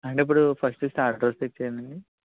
అంటే ఇప్పుడు first starters తెచ్చేయా అండి